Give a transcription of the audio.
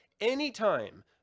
Anytime